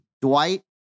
Dwight